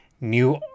new